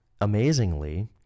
amazingly